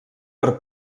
per